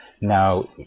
Now